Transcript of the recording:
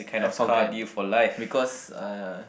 I forget because uh